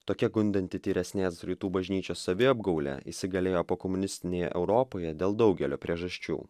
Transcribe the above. tokia gundanti tyresnės rytų bažnyčios saviapgaulė įsigalėjo pokomunistinėje europoje dėl daugelio priežasčių